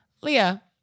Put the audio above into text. Leah